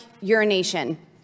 urination